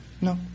No